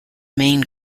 main